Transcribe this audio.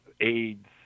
AIDS